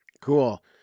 Cool